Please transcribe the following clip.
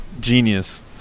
Genius